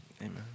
amen